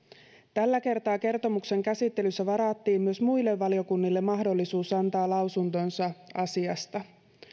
tällä kertaa kertomuksen käsittelyssä varattiin myös muille valiokunnille mahdollisuus antaa lausuntonsa asiasta